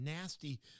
nasty